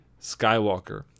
Skywalker